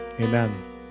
amen